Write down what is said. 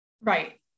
Right